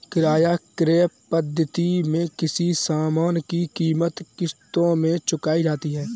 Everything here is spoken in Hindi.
किराया क्रय पद्धति में किसी सामान की कीमत किश्तों में चुकाई जाती है